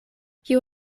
kiu